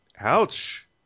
Ouch